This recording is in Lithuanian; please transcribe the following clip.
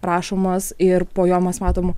rašomas ir po jo mes matom